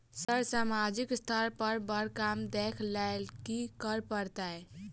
Sir सामाजिक स्तर पर बर काम देख लैलकी करऽ परतै?